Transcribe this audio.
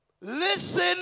Listen